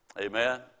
Amen